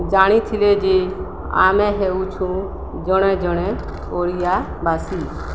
ଜାଣିଥିଲେ ଯେ ଆମେ ହେଉଛୁଁ ଜଣେ ଜଣେ ଓଡ଼ିଆବାସୀ